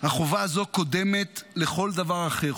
החובה הזאת קודמת לכל דבר אחר.